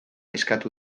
eskatu